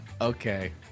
Okay